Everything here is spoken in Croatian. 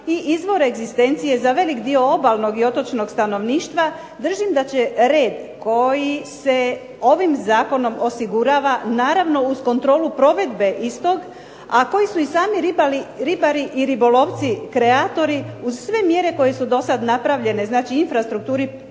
i izvor egzistencije za velik dio obalnog i otočnog stanovništva držim da će red koji se ovim zakonom osigurava, naravno uz kontrolu provedbe istog, a koji su i sami ribari i ribolovci kreatori, uz sve mjere koje su dosad napravljene znači infrastruktura,